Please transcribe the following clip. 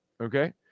Okay